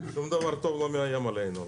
שום דבר טוב לא מאיים עלינו.